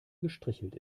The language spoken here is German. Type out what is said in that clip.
gestrichelt